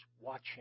watching